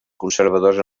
conservadors